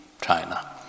China